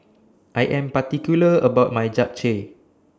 I Am particular about My Japchae